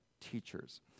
teachers